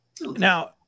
Now